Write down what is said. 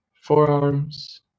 forearms